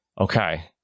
Okay